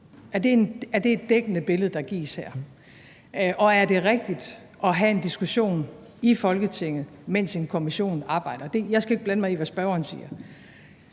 Er det et dækkende billede, der gives? Og er det rigtigt at have en diskussion i Folketinget, mens en kommission arbejder? Jeg skal ikke blande mig i, hvad spørgeren siger.